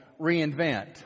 Reinvent